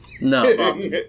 No